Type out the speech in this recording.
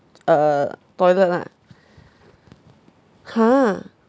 uh toilet lah !huh!